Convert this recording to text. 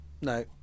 No